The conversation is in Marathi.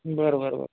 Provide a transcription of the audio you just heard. बरं बरं बरं